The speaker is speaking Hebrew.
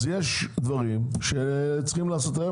אז יש דברים שצריכים לעשות היום.